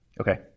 Okay